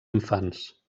infants